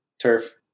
Turf